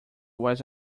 was